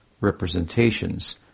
representations